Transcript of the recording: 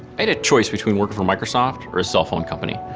i had a choice between working for microsoft or a cell phone company.